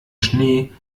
schnee